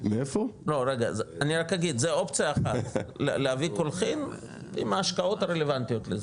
זה אופציה אחת להביא קולחין עם ההשקעות הרלוונטיות לזה,